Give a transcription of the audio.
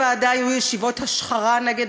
ישיבות הוועדה היו ישיבות השחרה נגד